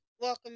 Welcome